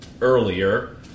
earlier